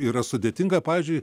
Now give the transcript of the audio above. yra sudėtinga pavyzdžiui